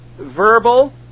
verbal